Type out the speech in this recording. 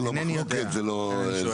זה לא מחלוקת, זה לא זה.